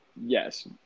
Yes